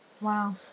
wow